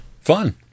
Fun